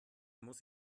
muss